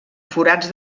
forats